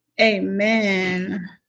Amen